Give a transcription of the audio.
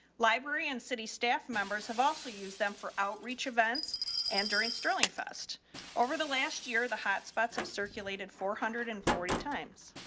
library and city staff members have also used them for outreach events and during sterling fast over the last year, the hotspots of circulated four hundred and forty times.